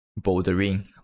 bouldering